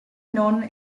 non